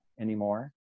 anymore